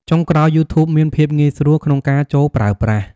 ចុងក្រោយ យូធូបមាន ភាពងាយស្រួលក្នុងការចូលប្រើប្រាស់។